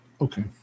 Okay